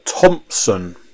Thompson